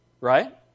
Right